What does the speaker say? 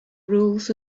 rules